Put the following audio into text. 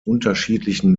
unterschiedlichen